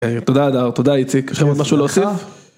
תודה אדר, תודה איציק, יש לכם עוד משהו להוסיף?